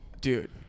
Dude